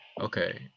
Okay